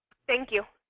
thank you.